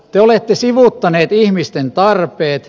te olette sivuuttaneet ihmisten tarpeet